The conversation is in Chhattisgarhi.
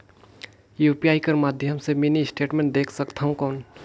यू.पी.आई कर माध्यम से मिनी स्टेटमेंट देख सकथव कौन?